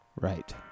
right